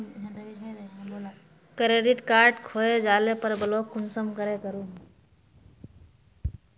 Credit card खोये जाले पर ब्लॉक कुंसम करे करूम?